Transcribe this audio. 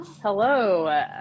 Hello